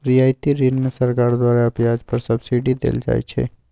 रियायती ऋण में सरकार द्वारा ब्याज पर सब्सिडी देल जाइ छइ